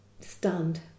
stunned